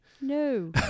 No